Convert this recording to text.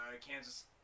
Kansas